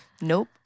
Nope